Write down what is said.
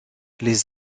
les